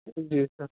جی سر